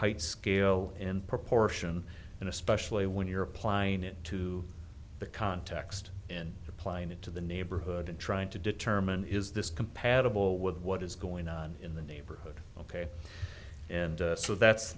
height scale in proportion and especially when you're applying it to the context in applying it to the neighborhood and trying to determine is this compatible with what is going on in the neighborhood ok and so that's